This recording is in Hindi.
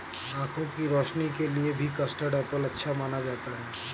आँखों की रोशनी के लिए भी कस्टर्ड एप्पल अच्छा माना जाता है